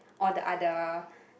all the other